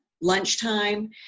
lunchtime